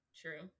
True